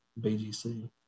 bgc